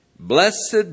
Blessed